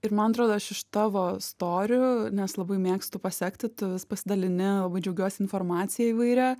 ir man atrodo aš iš tavo storių nes labai mėgstu pasekti tu vis pasidalini labai džiaugiuosi informacija įvairia